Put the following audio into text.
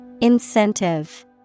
Incentive